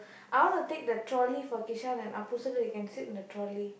I want to take the trolley for Kishan and Appu so that they can sit in the trolley